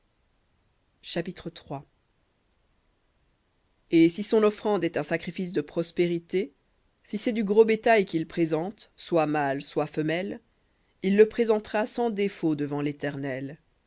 chapitre et si son offrande est un sacrifice de prospérités si c'est du gros bétail qu'il présente soit mâle soit femelle il le présentera sans défaut devant l'éternel